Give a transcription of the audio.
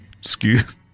Excuse